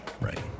right